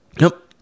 nope